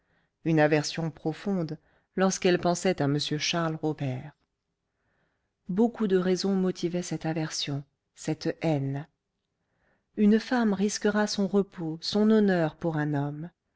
une aversion profonde lorsqu'elle pensait à m charles robert beaucoup de raisons motivaient cette aversion cette haine une femme risquera son repos son honneur pour un homme